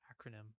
acronym